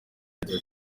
yagize